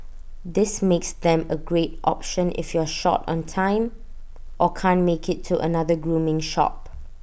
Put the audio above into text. this makes them A great option if you're short on time or can't make IT to another grooming shop